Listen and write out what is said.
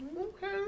Okay